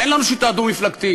אין לנו שיטה דו-מפלגתית,